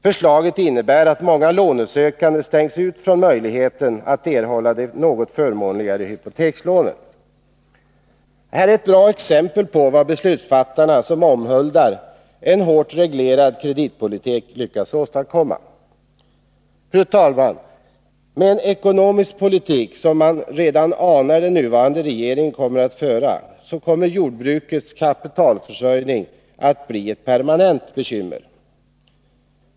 Förslaget innebär att många lånesökande utestängs från möjligheten att erhålla de något förmånligare hypotekslånen. Här är ett bra exempel på vad beslutsfattarna, som omhuldar en hårt reglerad kreditpolitik, lyckas åstadkomma. Fru talman! Med den ekonomiska politik som man redan anar att den nuvarande regeringen kommer att föra blir jordbrukets kapitalförsörjning ett permanent bekymmer.